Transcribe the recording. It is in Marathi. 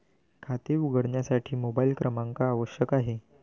खाते उघडण्यासाठी मोबाइल क्रमांक आवश्यक आहे